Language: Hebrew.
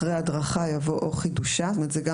אחרי "הדרכה" יבוא "או חידושה" זה גם